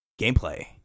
gameplay